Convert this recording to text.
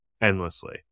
endlessly